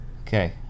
Okay